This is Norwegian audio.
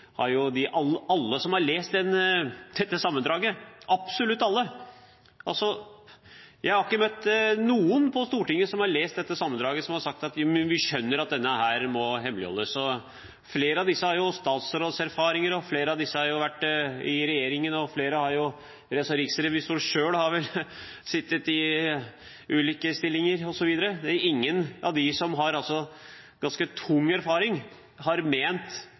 har jo lang erfaring. Jeg har ikke møtt noen på Stortinget som har lest dette sammendraget og sagt at de skjønner at det må hemmeligholdes. Flere av dem har statsrådserfaring, flere har vært i regjering, riksrevisoren selv har sittet i ulike stillinger, osv. Ingen av disse, som altså har ganske tung erfaring, har ment